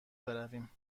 برویم